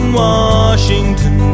washington